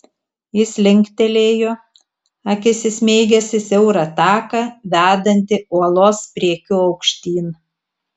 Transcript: jis linktelėjo akis įsmeigęs į siaurą taką vedantį uolos priekiu aukštyn